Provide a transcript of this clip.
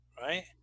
Right